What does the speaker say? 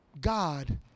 God